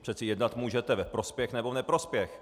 Přece jednat můžete ve prospěch nebo v neprospěch.